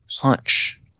punch